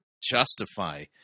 justify